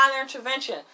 intervention